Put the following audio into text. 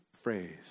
phrase